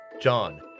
John